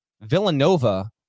Villanova